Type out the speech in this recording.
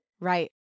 Right